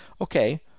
okay